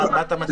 מה את מציע?